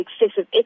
excessive